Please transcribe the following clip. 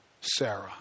Sarah